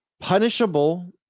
Punishable